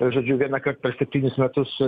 žodžiu vienąkart per septynis metus